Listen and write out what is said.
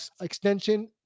extension